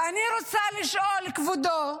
ואני רוצה לשאול, כבודו,